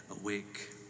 awake